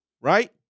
Right